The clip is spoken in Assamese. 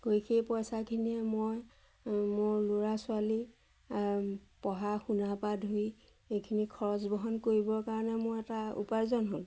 গৈ সেই পইচাখিনিয়ে মই মোৰ ল'ৰা ছোৱালী পঢ়া শুনাৰ পৰা ধৰি এইখিনি খৰচ বহন কৰিবৰ কাৰণে মোৰ এটা উপাৰ্জন হ'ল